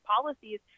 policies